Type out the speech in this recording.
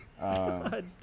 God